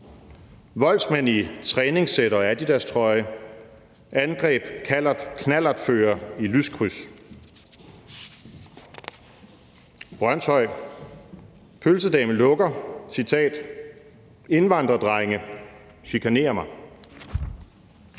»Voldsmænd i træningssæt og Adidas trøje: Angreb knallertfører i lyskryds«. Brønshøj: »Pølsedame lukker: Indvandrerdrenge chikanerer mig«.